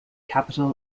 capital